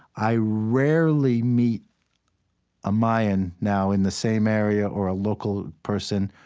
i rarely meet a mayan now in the same area, or a local person,